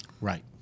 Right